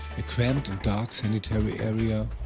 a cramped and dark sanitary area,